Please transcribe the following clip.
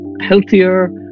healthier